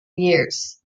years